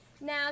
Now